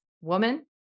woman